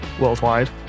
worldwide